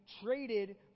traded